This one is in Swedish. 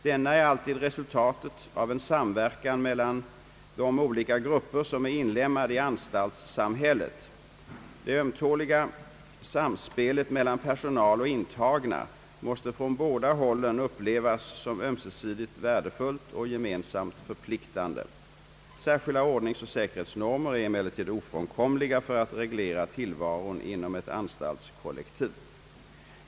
Denna är alltid resultatet av en samverkan mellan de olika grupper som är inlemmade i anstaltssamhället, Det ömtåliga samspelet mellan personal och intagna måste från båda hållen upplevas som ömsesidigt värdefullt och gemensamt förpliktande. Särskilda ordningsoch säkerhetsnor:« mer är emellertid ofrånkomliga för att reglera tillvaron inom ett anstaltskollektiv.